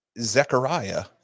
Zechariah